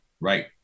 Right